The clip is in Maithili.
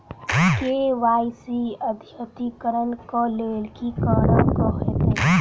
के.वाई.सी अद्यतनीकरण कऽ लेल की करऽ कऽ हेतइ?